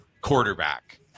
quarterback